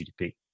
GDP